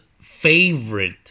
Favorite